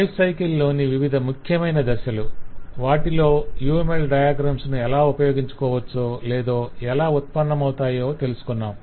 life cycle లోని వివిధ ముఖ్యమైన దశలు వాటిలో UML డయాగ్రమ్స్ ను ఎలా ఉపయోగించుకోవచ్చో లేదా ఎలా ఉత్పన్నమవుతాయో తెలుసుకొన్నాం